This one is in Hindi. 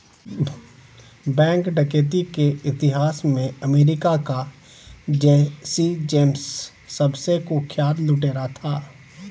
बैंक डकैती के इतिहास में अमेरिका का जैसी जेम्स सबसे कुख्यात लुटेरा था